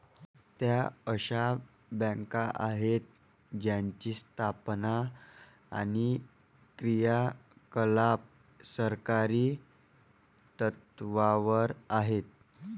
त्या अशा बँका आहेत ज्यांची स्थापना आणि क्रियाकलाप सहकारी तत्त्वावर आहेत